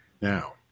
Now